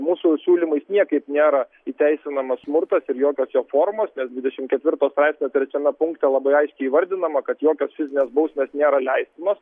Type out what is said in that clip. mūsų siūlymais niekaip nėra įteisinamas smurtas ir jokios jo formos nes dvidešimt ketvirto straipsnio trečiame punkte labai aiškiai įvardinama kad jokios fizinės bausmės nėra leistinos